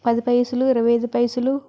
పది పైసలు ఇరవై ఐదు పైసలు